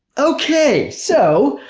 okay, so